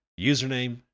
username